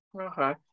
Okay